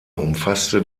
umfasste